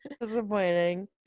disappointing